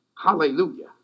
Hallelujah